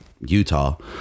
Utah